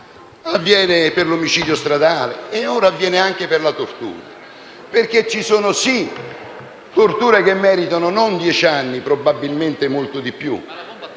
avviene per l'omicidio stradale, ed ora avviene anche per la tortura. Ci sono torture che meritano non dieci anni, ma probabilmente molto di più;